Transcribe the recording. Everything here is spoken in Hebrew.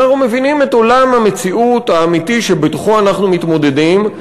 אנחנו מבינים את עולם המציאות האמיתי שבתוכו אנחנו מתמודדים,